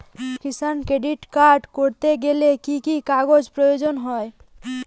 কিষান credit card করতে গেলে কি কি কাগজ প্রয়োজন হয়?